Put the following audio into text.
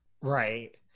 Right